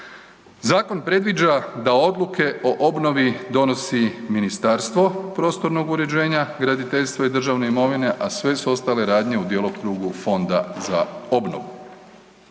Zakon predviđa da odluke o obnovi donosi Ministarstvo prostornog uređenja, graditeljstva i državne imovine, a sve su ostale radnje u djelokrugu Fonda za obnovu.